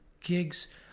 gigs